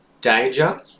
danger